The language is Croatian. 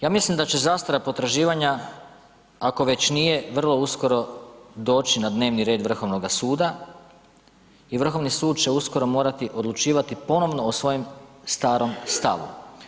Ja mislim da će zastara potraživanja, ako već nije, vrlo uskoro doći na dnevni red Vrhovnoga suda i Vrhovni sud će uskoro morati odlučivati ponovno o svojem starom stavu.